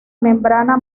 membrana